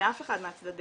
לאף אחד מהצדדים,